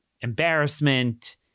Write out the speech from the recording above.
embarrassment